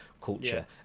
Culture